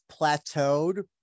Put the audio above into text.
plateaued